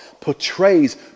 portrays